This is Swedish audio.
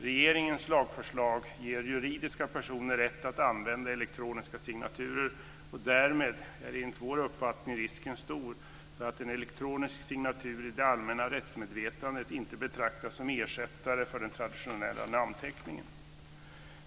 Regeringens lagförslag ger juridiska personer rätt att använda elektroniska signaturer, och därmed är enligt vår uppfattning risken stor för att en elektronisk signatur i det allmänna rättsmedvetandet inte betraktas som ersättare för den traditionella namnteckningen.